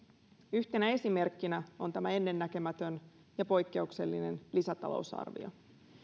yhtenä esimerkkinä on tämä ennennäkemätön ja poikkeuksellinen lisätalousarvio